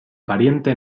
pariente